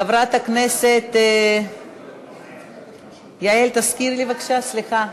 חברת הכנסת יעל תזכירי לי, בבקשה, סליחה,